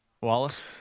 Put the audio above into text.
Wallace